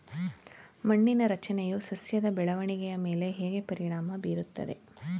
ಮಣ್ಣಿನ ರಚನೆಯು ಸಸ್ಯದ ಬೆಳವಣಿಗೆಯ ಮೇಲೆ ಹೇಗೆ ಪರಿಣಾಮ ಬೀರುತ್ತದೆ?